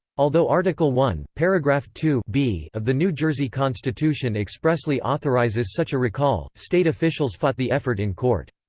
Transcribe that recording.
although article one, paragraph two b of the new jersey constitution expressly authorizes such a recall, state officials fought the effort in court.